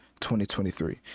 2023